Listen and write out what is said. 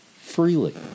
freely